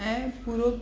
ऐं पूरो